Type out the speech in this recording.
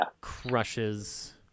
Crushes